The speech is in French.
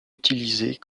utilisée